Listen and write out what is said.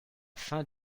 fin